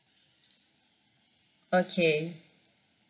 okay